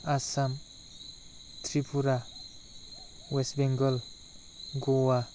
Assam Tripura West Bengal Goa